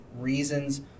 reasons